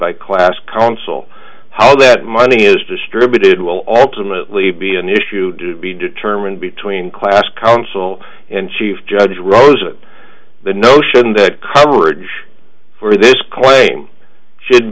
by class council how that money is distributed will ultimately be an issue to be determined between class counsel and chief judge rosen the notion that coverage for this claim should